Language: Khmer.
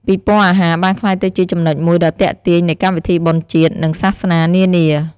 ពិព័រណ៍អាហារបានក្លាយទៅជាចំណុចមួយដ៏ទាក់ទាញនៃកម្មវិធីបុណ្យជាតិ និងសាសនានានា។